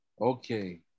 Okay